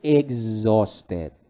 exhausted